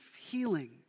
healing